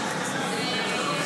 המילואימניקים?